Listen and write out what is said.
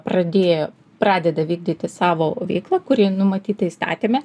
pradėjo pradeda vykdyti savo veiklą kuri numatyta įstatyme